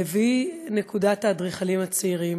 והיא נקודת האדריכלים הצעירים.